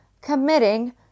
committing